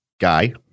Guy